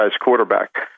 quarterback